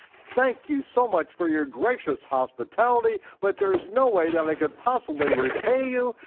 thank you so much for your gracious hospitality, but there's no way that i could possibly repay you,